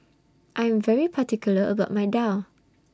I Am very particular about My Daal